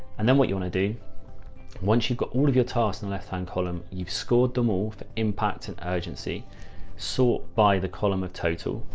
and then what you want to do once you've got all of your tasks in the left-hand column, you've scored them off impact and urgency sort by the column of total.